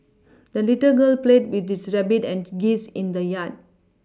the little girl played with this rabbit and geese in the yard